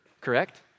correct